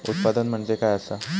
उत्पादन म्हणजे काय असा?